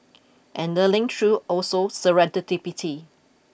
and learning through also serendipity